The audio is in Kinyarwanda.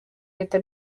leta